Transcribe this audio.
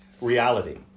reality